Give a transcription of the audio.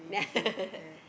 yeah